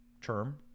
term